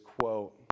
quote